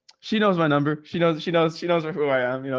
she knows my number. she knows that she knows, she knows ah who i um you know